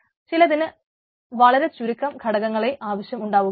ചിലതിന് വളരെ ചുരുക്കം ഘടകങ്ങളെ ആവശ്യമേ ഉണ്ടാകു